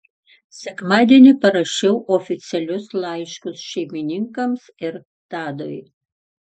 sekmadienį parašiau oficialius laiškus šeimininkams ir tadui